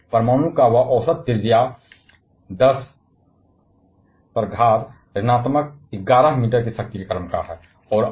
जबकि परमाणु की औसत त्रिज्या 11 मीटर की शक्ति 10 के क्रम की है